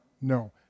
No